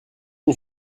une